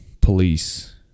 police